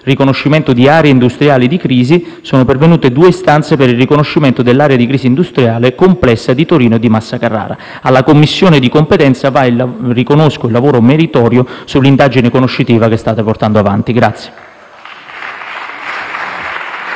riconoscimento di aree industriali di crisi sono pervenute due istanze per il riconoscimento dell'area di crisi industriale complessa di Torino e di Massa-Carrara. Alla Commissione di competenza riconosco il lavoro meritorio sull'indagine conoscitiva che state portando avanti.